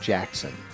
Jackson